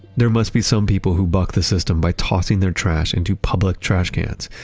there must be some people who buck the system by tossing their trash into public trash cans.